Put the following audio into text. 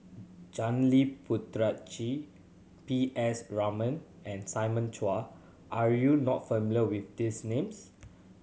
Janil Puthucheary P S Raman and Simon Chua are you not familiar with these names